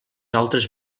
altres